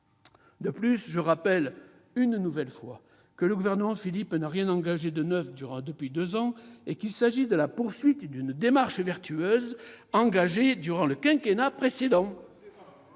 De plus, je rappelle une nouvelle fois que le gouvernement Philippe n'a rien engagé de neuf depuis deux ans. Il se contente de poursuivre une démarche vertueuse amorcée durant le quinquennat précédent,